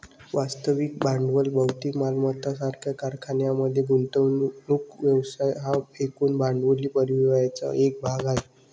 वास्तविक भांडवल भौतिक मालमत्ता सारख्या कारखान्यांमध्ये गुंतवणूक व्यवसाय हा एकूण भांडवली परिव्ययाचा एक भाग आहे